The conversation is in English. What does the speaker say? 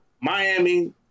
Miami